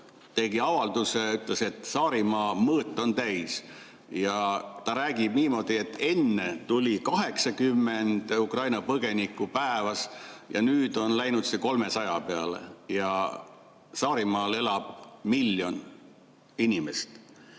tegi avalduse ja ütles, et Saarimaa mõõt on täis. Ta räägib niimoodi, et enne tuli 80 Ukraina põgenikku päevas, nüüd on läinud see 300 peale ja Saarimaal elab miljon inimest.